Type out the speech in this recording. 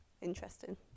Interesting